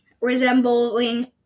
resembling